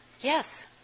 Yes